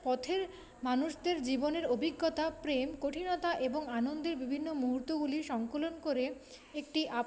পথের মানুষদের জীবনের অভিজ্ঞতা প্রেম কঠিনতা এবং আনন্দের বিভিন্ন মুহূর্তগুলির সংকলন করে একটি